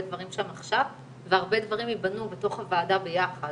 דברים שם עכשיו והרבה דברים ייבנו בתוך הוועדה ביחד,